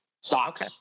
Socks